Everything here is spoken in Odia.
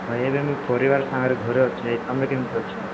ଭାଇ ଏବେ ମୁଁ ପରିବାର ସାଙ୍ଗରେ ଘରେ ଅଛି ଭାଇ ତୁମେ କେମିତି ଅଛ